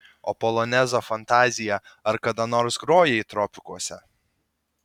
o polonezą fantaziją ar kada nors grojai tropikuose